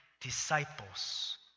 disciples